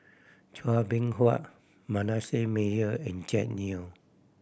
Chua Beng Huat Manasseh Meyer and Jack Neo